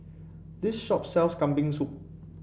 this shop sells Kambing Soup